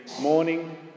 morning